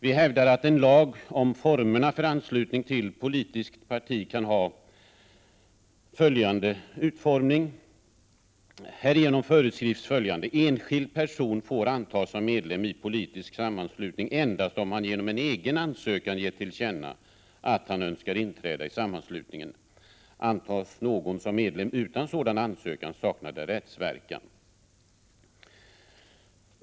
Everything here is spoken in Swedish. Vi hävdar att en lag om formerna för anslutning till politiskt parti kan ha följande utformning. Härigenom föreskrivs följande: Enskild person får antas som medlem i politisk sammanslutning endast om han genom en egen ansökan gett till känna att han önskar inträda i sammanslutningen. Antas någon som medlem utan sådan ansökan, saknar det rättsverkan.